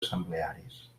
assemblearis